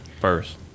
first